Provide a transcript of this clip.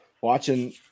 watching